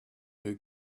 who